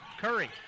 Curry